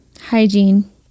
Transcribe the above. hygiene